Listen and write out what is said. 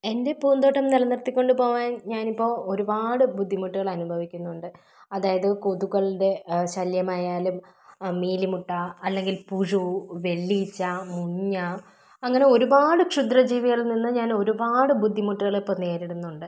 എൻ്റെ പൂന്തോട്ടം നിലനിർത്തി കൊണ്ടുപോവാൻ ഞാനിപ്പോൾ ഒരുപാട് ബുദ്ധിമുട്ടുകൾ അനുഭവിക്കുന്നുണ്ട് അതായത് കൊതുകളുടെ ശല്യമായാലും മീലിമുട്ട അല്ലെങ്കിൽ പുഴു വെള്ളീച്ച മുഞ്ഞ അങ്ങനെ ഒരുപാട് ക്ഷുദ്രജീവികളിൽ നിന്ന് ഞാൻ ഒരുപാട് ബുദ്ധിമുട്ടുകൾ ഇപ്പം നേരിടുന്നുണ്ട്